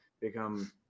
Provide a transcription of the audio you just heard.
become